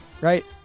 right